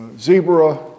zebra